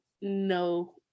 no